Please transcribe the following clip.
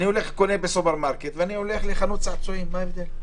אני מאוד מקווה שלא נצטרך להגיע להארכה של התקנות.